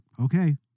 okay